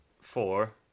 four